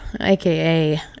aka